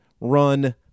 run